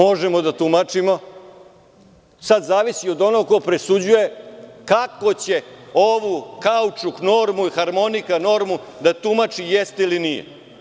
Možemo da tumačimo, ali zavisi od onoga ko presuđuje kako će ovu kaučuk normu, harmonika normu da tumači – jeste ili nije?